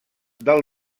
del